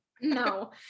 no